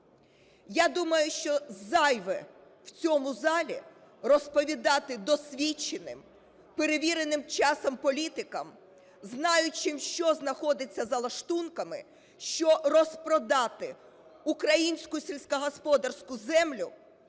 Я думаю, що зайве в цьому залі розповідати досвідченим, перевіреним часом політикам, знаючим, що знаходиться за лаштунками, що розпродати українську сільськогосподарську землю